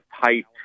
tight